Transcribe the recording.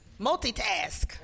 Multitask